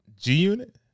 g-unit